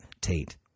Tate